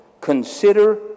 consider